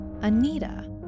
Anita